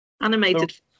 Animated